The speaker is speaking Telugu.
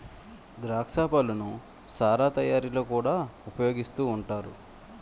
ద్రాక్ష పళ్ళను సారా తయారీలో కూడా ఉపయోగిస్తూ ఉంటారు